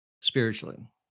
spiritually